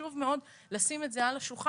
חשוב מאוד לשים את זה על השולחן.